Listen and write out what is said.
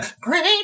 Great